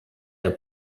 der